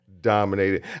dominated